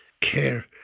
care